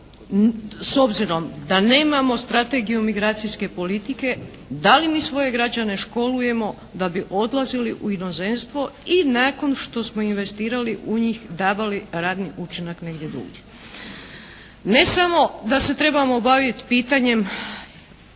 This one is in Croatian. s obzirom da nemamo Strategiju migracijske politike, da li mi svoje građane školujemo da bi odlazili u inozemstvo i nakon što smo investirali u njih, davali radni učinak negdje drugdje? Ne samo da se trebamo baviti pitanjem